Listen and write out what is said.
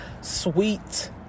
sweet